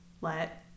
let